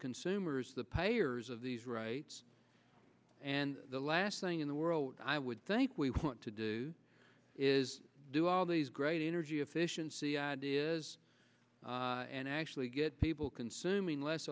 consumers the payers of these rights and the last thing in the world i would think we want to do is do all these great energy efficiency ideas and actually get people consuming less